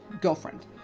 girlfriend